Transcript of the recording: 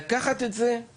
צריך לקחת ולמנף.